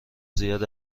زیاد